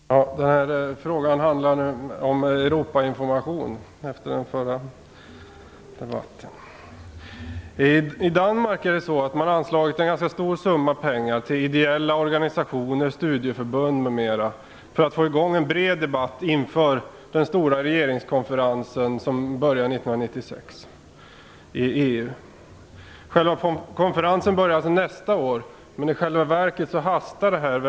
Fru talman! Den här frågan handlar om Europainformation. I Danmark har man anslagit en ganska stor summa pengar till ideella organisationer, studieförbund m.m. för att få i gång en bred debatt inför den stora regeringskonferensen som börjar 1996 i EU. Konferensen börjar alltså nästa år, men i själva verket hastar detta ärende.